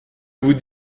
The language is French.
vous